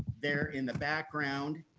there in the background.